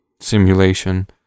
simulation